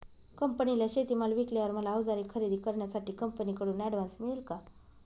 कंपनीला शेतीमाल विकल्यावर मला औजारे खरेदी करण्यासाठी कंपनीकडून ऍडव्हान्स मिळेल का?